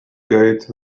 geht